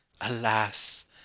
Alas